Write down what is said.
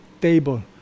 table